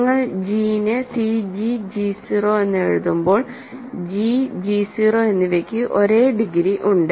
നിങ്ങൾ g നെ cg g 0 എന്ന് എഴുതുമ്പോൾ g g 0 എന്നിവയ്ക്ക് ഒരേ ഡിഗ്രി ഉണ്ട്